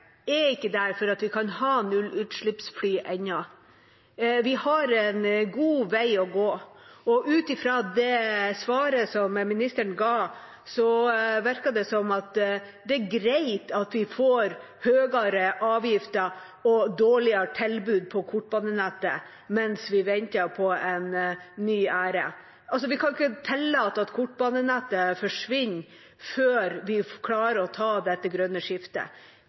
er ikke der for at vi kan ha nullutslippsfly ennå. Vi har en god vei å gå. Ut fra det svaret som ministeren ga, virker det som om det er greit at vi får høyere avgifter og dårligere tilbud på kortbanenettet mens vi venter på en ny æra. Vi kan ikke tillate at kortbanenettet forsvinner før vi klarer å ta dette grønne skiftet.